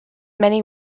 many